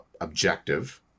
objective